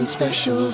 special